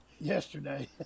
yesterday